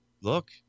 look